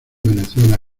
venezuela